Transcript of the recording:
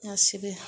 गासिबो